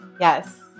Yes